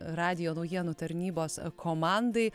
radijo naujienų tarnybos komandai